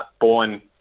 born